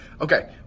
Okay